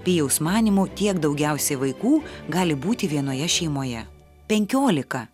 pijaus manymu tiek daugiausiai vaikų gali būti vienoje šeimoje penkiolika